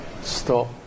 stop